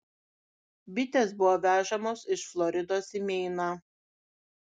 bitės buvo vežamos iš floridos į meiną